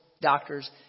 doctors